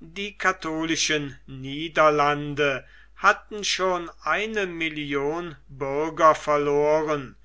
die katholischen niederlande hatten schon eine million bürger verloren